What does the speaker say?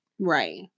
Right